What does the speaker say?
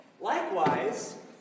Likewise